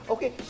Okay